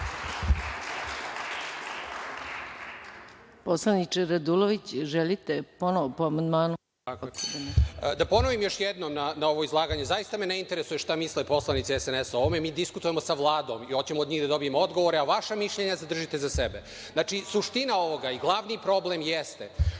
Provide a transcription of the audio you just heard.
Poslaniče, Raduloviću, želite ponovo po amandmanu? SAŠA RADULOVIĆ: Da ponovim još jednom na ovo izlaganje, zaista me ne interesuje šta misle poslanici SNS, mi diskutujemo sa Vladom i hoćemo od njih da dobijemo odgovore, a vaša mišljenja zadržite za sebe. Znači, suština ovoga i glavni problem jeste